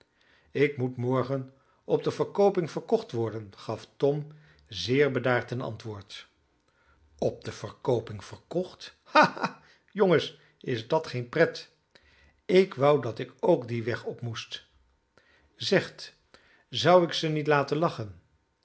ik moet morgen op de verkooping verkocht worden gaf tom zeer bedaard ten antwoord op de verkooping verkocht ha ha jongens is dat geen pret ik wou dat ik ook dien weg op moest zegt zou ik ze niet laten lachen